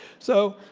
so